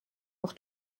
auf